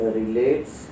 relates